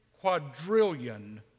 quadrillion